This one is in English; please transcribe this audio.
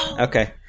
Okay